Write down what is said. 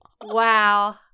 Wow